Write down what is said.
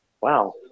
wow